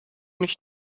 nicht